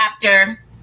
chapter